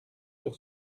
sur